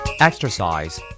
Exercise